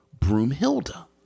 Broomhilda